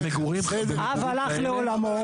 אב הלך לעולמו.